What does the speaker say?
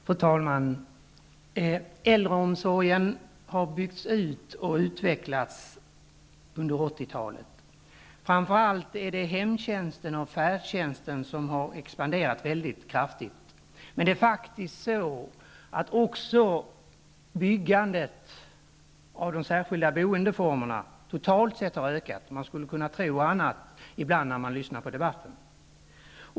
Fru talman! Äldreomsorgen har byggts ut och utvecklats under 80-talet. Framför allt är det hemtjänsten och färdtjänsten som har expanderat mycket kraftigt, men också byggandet av särskilda boendeformer har totalt sett ökat. Man skulle ibland kunna tro annat när man lyssnar på debatten.